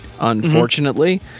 unfortunately